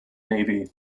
navy